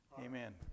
amen